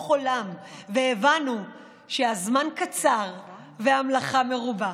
עולם והבנו שהזמן קצר והמלאכה מרובה,